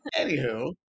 Anywho